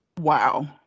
Wow